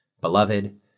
Beloved